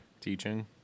Teaching